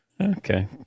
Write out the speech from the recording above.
Okay